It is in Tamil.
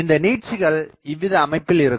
இந்த நீட்சிகள் இவ்வித அமைப்பில் இருக்கும்